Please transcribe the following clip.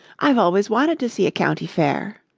i've always wanted to see a county fair.